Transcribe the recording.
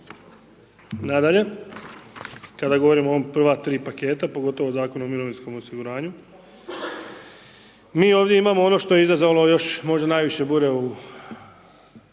Nadalje, kada govorimo o ova prva tri paketa, pogotovo Zakon o mirovinskom osiguranju, mi ovdje imamo ono što je izazvalo još možda najviše bure u